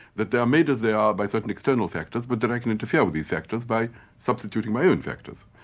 that they're made as they are by certain external factors but that i can interfere with these factors by substituting my own factors,